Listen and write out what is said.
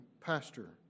pastor